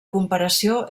comparació